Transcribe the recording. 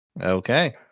Okay